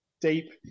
deep